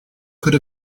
could